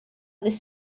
ddydd